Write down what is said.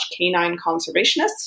canineconservationists